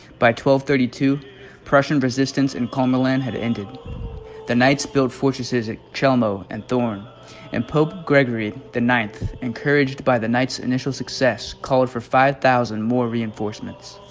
by twelve thirty two prussian resistance in koma lan had ended the knights build fortresses at elmo and thorn and pope gregory the ninth encouraged by the knights initial success called for five thousand more reinforcements